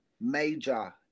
major